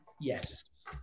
Yes